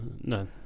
no